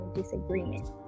disagreement